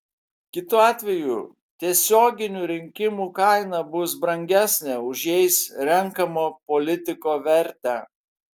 kitu atveju tiesioginių rinkimų kaina bus brangesnė už jais renkamo politiko vertę